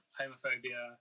homophobia